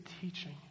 teaching